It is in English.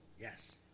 yes